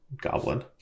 goblin